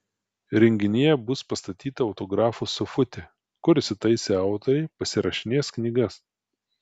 renginyje bus pastatyta autografų sofutė kur įsitaisę autoriai pasirašinės knygas